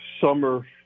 summer